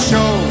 Show